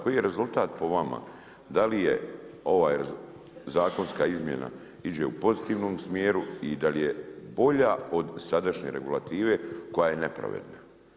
Koji je rezultat po vama, da li je ova zakonska izmjena ide u pozitivnom smjeru i da li je bolja od sadašnje regulative koja je nepravedna.